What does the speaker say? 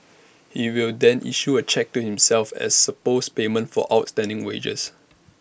he will then issue A cheque to himself as supposed payment for outstanding wages